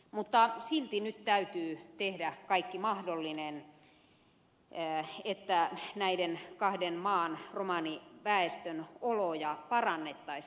mutta silti nyt täytyy tehdä kaikki mahdollinen että näiden kahden maan romaniväestön oloja parannettaisiin